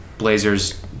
Blazers